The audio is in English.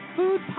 food